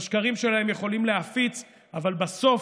את השקרים שלהם הם יכולים להפיץ, אבל בסוף